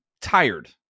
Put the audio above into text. tired